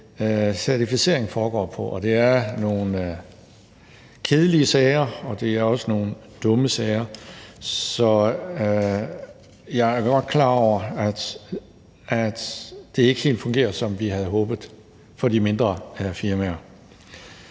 certificering foregår på, og det er nogle kedelige sager, og det er også nogle dumme sager. Så jeg er godt klar over, at det ikke helt fungerer, som vi havde håbet, for de mindre firmaer.